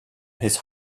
his